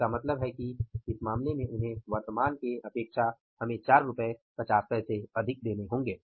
इसका मतलब है कि इस मामले में उन्हें वर्तमान के मुकाबले हमें 4 रु 50 पैसे अधिक देने होंगे